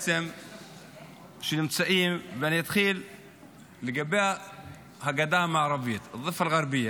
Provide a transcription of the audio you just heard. ואני אתחיל בגדה המערבית (אומר בערבית: